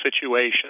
situation